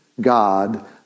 God